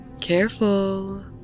careful